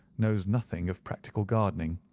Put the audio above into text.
knows nothing of practical gardening.